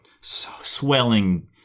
Swelling